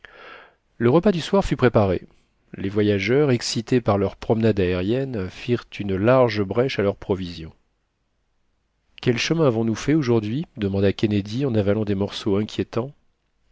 le repas du soir fut préparé les voyageurs excités par leur promenade aérienne firent une large brèche à leurs provisions quel chemin avons-nous fait aujourd'hui demanda kennedy en avalant des morceaux inquiétants